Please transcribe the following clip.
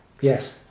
Yes